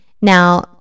Now